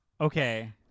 Okay